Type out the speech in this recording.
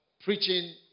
preaching